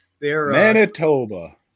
Manitoba